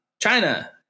China